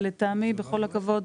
ולטעמי בכל הכבוד,